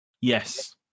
Yes